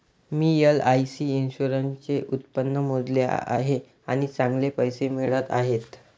मी LIC इन्शुरन्सचे उत्पन्न मोजले आहे आणि चांगले पैसे मिळत आहेत